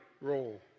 role